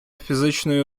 фізичної